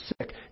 sick